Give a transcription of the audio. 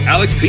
Alex